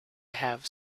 have